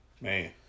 Man